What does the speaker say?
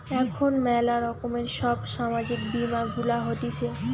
এখন ম্যালা রকমের সব সামাজিক বীমা গুলা হতিছে